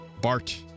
bart